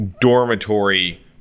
dormitory